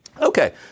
Okay